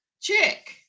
chick